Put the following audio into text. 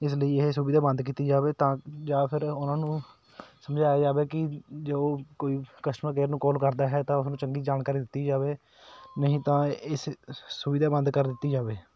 ਇਸ ਲਈ ਇਹ ਸੁਵਿਧਾ ਬੰਦ ਕੀਤੀ ਜਾਵੇ ਤਾਂ ਜਾਂ ਫਿਰ ਉਹਨਾਂ ਨੂੰ ਸਮਝਾਇਆ ਜਾਵੇ ਕਿ ਜੇ ਕੋਈ ਕਸਟਮਰ ਕੇਅਰ ਨੂੰ ਕਾਲ ਕਰਦਾ ਹੈ ਤਾਂ ਉਹਨੂੰ ਚੰਗੀ ਜਾਣਕਾਰੀ ਦਿੱਤੀ ਜਾਵੇ ਨਹੀਂ ਤਾਂ ਇਸ ਸੁਵਿਧਾ ਬੰਦ ਕਰ ਦਿੱਤੀ ਜਾਵੇ